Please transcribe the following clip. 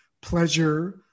pleasure